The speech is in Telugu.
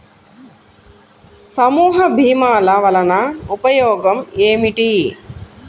సమూహ భీమాల వలన ఉపయోగం ఏమిటీ?